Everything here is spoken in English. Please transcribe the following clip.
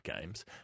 games